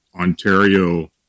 ontario